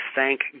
Thank